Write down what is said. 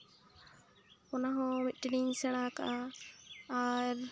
ᱚᱱᱟ ᱦᱚᱸ ᱢᱤᱫᱴᱤᱱᱤᱧ ᱥᱮᱬᱟ ᱟᱠᱟᱜᱼᱟ ᱟᱨ